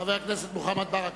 חבר הכנסת מוחמד ברכה.